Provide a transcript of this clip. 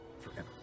Forever